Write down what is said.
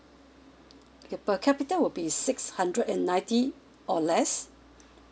the per capita would be six hundred and ninety or less